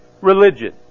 religion